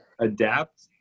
adapt